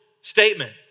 statement